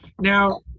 now